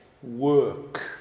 work